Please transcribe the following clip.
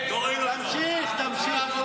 מפלגת העבודה.